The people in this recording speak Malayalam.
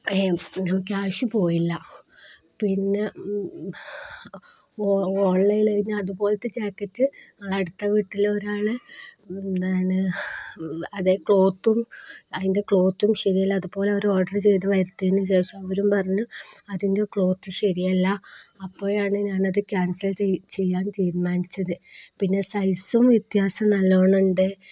ക്യാഷ് പോയില്ല പിന്നെ ഓൺലൈനില് അതുപോലത്തെ ജാക്കറ്റ് അടുത്ത വീട്ടിലെ ഒരാള് എന്താണ് അതേ ക്ലോത്തും അതിൻ്റെ ക്ലോത്തും ശരിയല്ല അതുപോലെ അവര് ഓർഡർ ചെയ്തുവരുത്തിയതിനുശേഷം അവരും പറഞ്ഞു അതിൻ്റെ ക്ലോത്ത് ശരിയല്ല അപ്പോഴാണു ഞാനത് ക്യാൻസൽ ചെയ്യാൻ തീരുമാനിച്ചത് പിന്നെ സൈസും വ്യത്യാസം നല്ലവണ്ണമുണ്ട്